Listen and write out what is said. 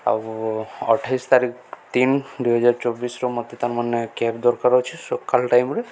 ଆଉ ଅଠେଇଶ ତାରିିକ ତିନି ଦୁଇହଜାର ଚବିଶର ମତେ ତାର ମାନେ କ୍ୟାବ୍ ଦରକାର ଅଛି ସକାଳ ଟାଇମ୍ରେ